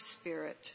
spirit